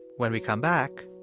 when we come back,